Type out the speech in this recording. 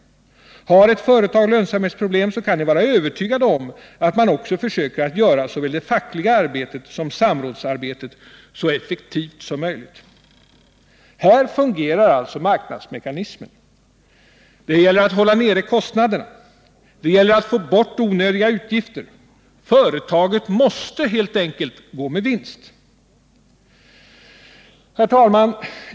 Har ett företag lönsamhetsproblem kan vi vara övertygade om att man också försöker att göra såväl det fackliga arbetet som samrådsarbetet så effektivt som möjligt. Här fungerar alltså marknadsmekanismen. Det gäller att hålla nere kostnaden. Det gäller att få bort onödiga utgifter. Företaget måste helt enkelt gå med vinst. Herr talman!